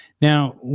Now